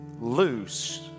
Loose